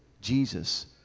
Jesus